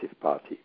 Party